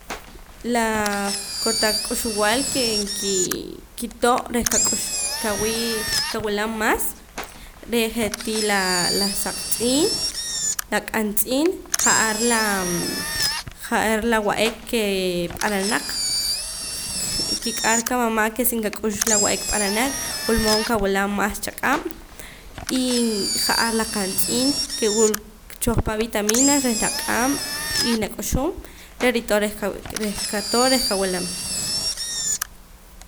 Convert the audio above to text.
Laa kotaq k'uxb'al kee nkii kito' reh qak'ux keh kawukam maas re' je'tii laa la saq tz'iin la q'an tz'iin ja'ar laa ja'ar la wa'ek kee p'aranaq kik'ar qamama' ke si qak'ux la wa'ek p'aranaq wulmood qawilam mas chaq'ab' y ja'ar la q'an tz'iin ke wula choq pa' vitaminas reh nak'am y nak'uxum reh ritoo' re' qa reh ritoo' reh qawilam